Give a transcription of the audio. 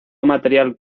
material